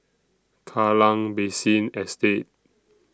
Kallang Basin Estate